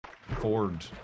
ford